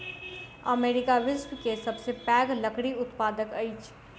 America विश्व के सबसे पैघ लकड़ी उत्पादक अछि